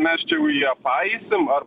mes čia į uefa eisim ar